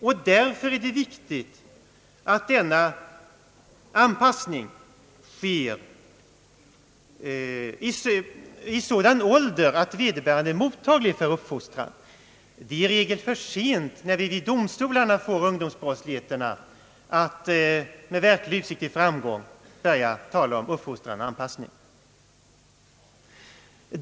Det är därför viktigt, att denna anpassning sker vid sådan ålder då vederbörande är mottaglig för uppfostran. Det är i regel för sent när ungdomsbrottslingarna = ställes inför domstolarna att med verklig utsikt till framgång tala om uppfostran och anpassning.